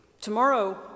Tomorrow